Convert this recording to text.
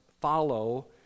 follow